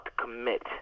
commit